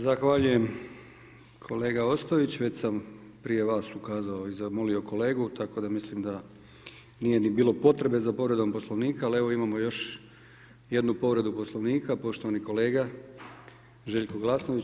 Zahvaljujem kolega Ostojić, već sam prije vas ukazao i zamolio kolegu tako da mislim da nije ni bilo potrebe za povredom Poslovnika ali evo imamo još jednu povredu Poslovnika, poštovani kolega Željko Glasnović.